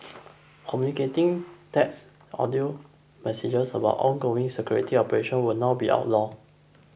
communicating text audio messages about ongoing security operations will not be outlawed